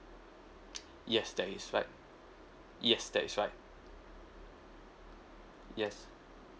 yes that is right yes that is right yes